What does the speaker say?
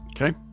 Okay